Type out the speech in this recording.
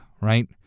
right